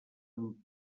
amb